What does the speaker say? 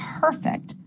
perfect